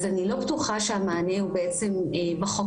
אז אני לא בטוחה שהמענה הוא בעצם בחוק